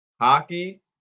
hockey